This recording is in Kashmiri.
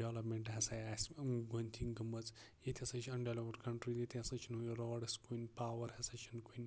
ڈیولپمینٹ ہسا آسہِ أمۍ گۄڈٕنیتھٕے گٔمٕژ ییٚتہِ ہسا چھِ اَنڈیولَپٕڈ کَنٹریٖز ییٚتہِ ہسا چھِ روڈٕس کُنہِ پاور ہسا چھُنہٕ کُنہِ